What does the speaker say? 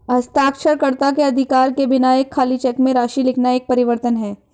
हस्ताक्षरकर्ता के अधिकार के बिना एक खाली चेक में राशि लिखना एक परिवर्तन है